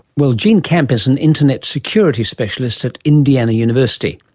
well, jean camp is an internet security specialist at indiana university,